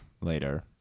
later